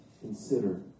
consider